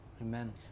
Amen